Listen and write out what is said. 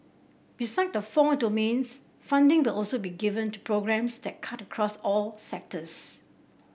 beside the four domains funding will also be given to programmes that cut across all sectors